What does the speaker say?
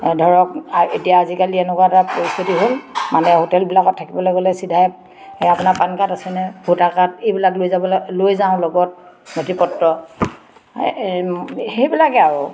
ধৰক এতিয়া আজিকালি এনেকুৱা এটা পৰিস্থিতি হ'ল মানে হোটেলবিলাকত থাকিবলে গ'লে চিধাই আপোনাৰ পেন কাৰ্ড আছেনে ভোটাৰ কাৰ্ড এইবিলাক লৈ যাবলে লৈ যাওঁ লগত নথি পত্ৰ সেইবিলাকেই আৰু